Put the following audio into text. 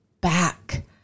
back